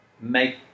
make